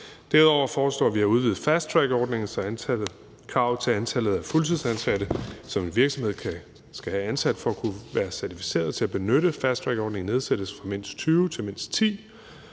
Derudover foreslår vi at udvide fasttrackordningen, så kravet til antallet af fuldtidsansatte, som en virksomhed skal have ansat for at kunne være certificeret til at benytte fasttrackordningen, nedsættes fra mindst 20 til mindst 10.